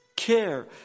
care